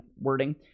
wording